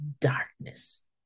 darkness